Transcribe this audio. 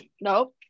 no